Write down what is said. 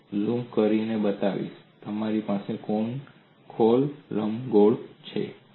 હું પણ ઝૂમ કરીશ અને બતાવીશ તમારી પાસે કોન્ફોકલ લંબગોળ છે